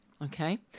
Okay